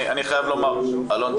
אלון,